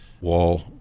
wall